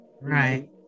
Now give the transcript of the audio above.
Right